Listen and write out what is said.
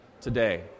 today